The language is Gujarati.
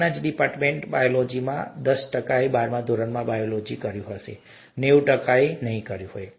આપણા જ ડિપાર્ટમેન્ટ બાયોટેકનોલોજીમાં પણ દસ ટકાએ બારમા ધોરણમાં બાયોલોજી કર્યું હશે નેવું ટકાએ નહીં કર્યું હશે